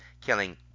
killing